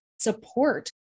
support